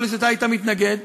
יכול להיות שהיית מתנגד,